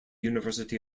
university